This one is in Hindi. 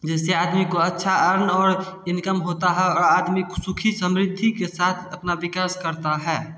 जिससे आदमी को अच्छा अर्न और इनकम होता है और आदमी ख़ुशी सुखी समृद्ध के साथ अपना विकास करता है